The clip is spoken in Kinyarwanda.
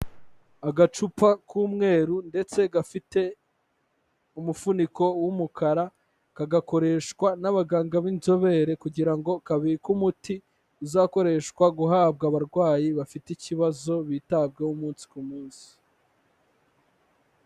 Agacupa k'umweru ndetse gafite umufuniko w'umukara, kagakoreshwa n'abaganga b'inzobere kugira ngo kabike umuti, uzakoreshwa guhabwa abarwayi bafite ikibazo, bitabweho umunsi ku munsi.